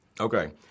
Okay